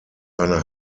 eine